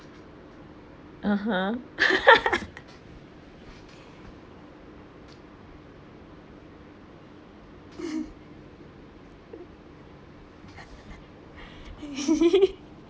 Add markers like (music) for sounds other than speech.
(uh huh) (laughs) (laughs)